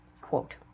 quote